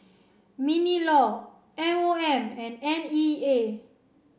MINLAW M O M and N E A